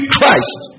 Christ